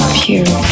pure